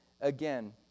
Again